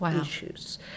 issues